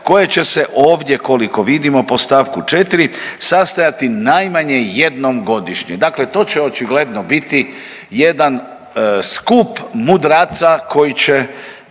koje će se ovdje koliko vidimo po stavku 4. sastajati najmanje jednom godišnje. Dakle, to će očigledno biti jedan skup mudraca koji će